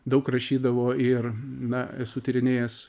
daug rašydavo ir na esu tyrinėjęs